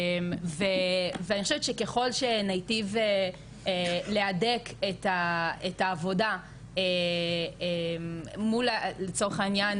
אני חושבת שככל שניטיב להדק את העבודה מול לצורך העניין